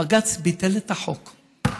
בג"ץ ביטל את החוק.